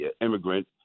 immigrant